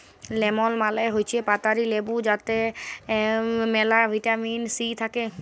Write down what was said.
lemon মালে হৈচ্যে পাতাবি লেবু যাতে মেলা ভিটামিন সি থাক্যে